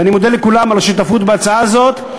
ואני מודה לכולם על השותפות בהצעה הזאת.